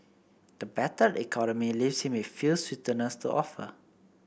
the battered economy leaves him with few sweeteners to offer